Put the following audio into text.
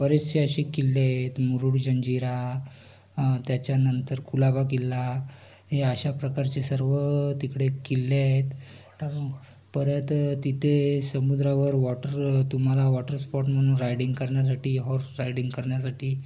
बरेचसे असे किल्ले आहेत मुरुड जंजिरा त्याच्यानंतर कुलाबा किल्ला हे अशा प्रकारचे सर्व तिकडे किल्ले आहेत परत तिथे समुद्रावर वॉटर तुम्हाला वॉटर स्पॉट म्हणून रायडींग करण्यासाठी हॉर्स रायडींग करण्यासाठी